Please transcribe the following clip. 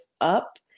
up